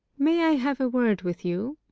may i have a word with you?